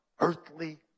earthly